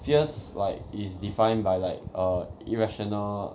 fears like is define by like err irrational